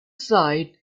side